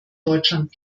deutschland